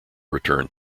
returned